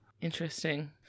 Interesting